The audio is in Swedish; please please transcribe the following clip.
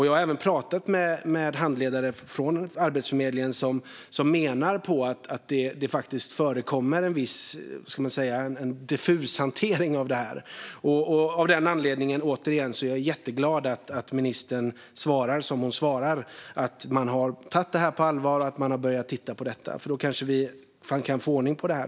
Jag har även pratat med handledare från Arbetsförmedlingen som menar att det faktiskt förekommer viss diffus hantering av det här. Av den anledningen är jag jätteglad att ministern svarar som hon gör - att man tar det här på allvar och att man har börjat titta på detta. Då kanske vi kan få ordning på det här.